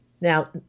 Now